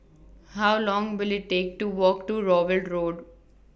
How Long Will IT Take to Walk to Rowell Road